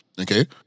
Okay